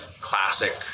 classic